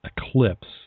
Eclipse